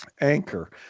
anchor